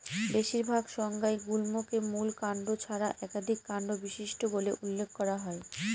বেশিরভাগ সংজ্ঞায় গুল্মকে মূল কাণ্ড ছাড়া একাধিক কাণ্ড বিশিষ্ট বলে উল্লেখ করা হয়